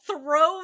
throw